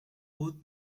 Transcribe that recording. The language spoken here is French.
route